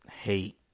hate